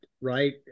right